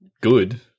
good